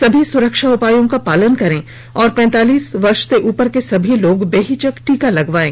सभी सुरक्षा उपायों का पालन करें और पैंतालीस वर्ष से उपर के सभी लोग बेहिचक टीका लगवायें